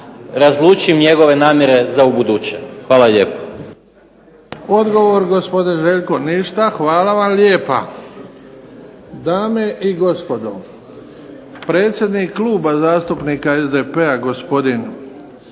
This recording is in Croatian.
razlučim njegove namjere za ubuduće. Hvala lijepo.